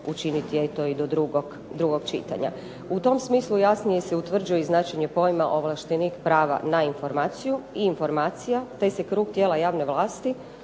učiniti do drugog čitanja. U tom smislu jasnije se utvrđuje i značenje pojma ovlaštenik prava na informaciju i informacija te se krug tijela javne vlasti